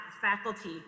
faculty